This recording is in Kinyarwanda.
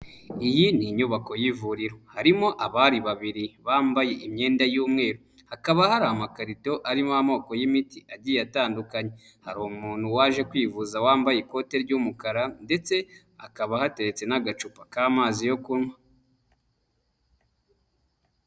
Iyi ni inyubako y'ivuriro. Harimo abari babiri bambaye imyenda y'umweru. Hakaba hari amakarito arimo amoko y'imiti agiye atandukanye. Hari umuntu waje kwivuza wambaye ikote ry'umukara ndetse hakaba hateretse n'agacupa k'amazi yo kunywa.